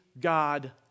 God